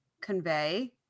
convey